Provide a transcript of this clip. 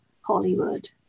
Hollywood